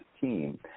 team